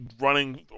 running